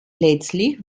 letztlich